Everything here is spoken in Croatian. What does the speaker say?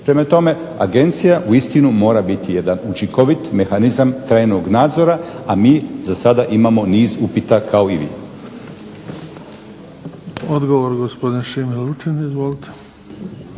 Prema tome, Agencija uistinu mora biti jedan učinkovit, mehanizam, trajnog nadzora a mi za sada imamo niz upita kao i vi. **Bebić, Luka (HDZ)**